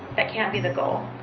that can't be the goal.